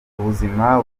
ubuzima